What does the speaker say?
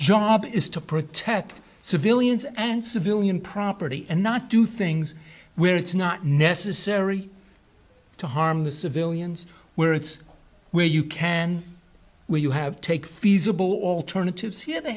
job is to protect civilians and civilian property and not do things where it's not necessary to harm the civilians where it's where you can when you have take feasible alternatives here they